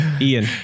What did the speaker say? Ian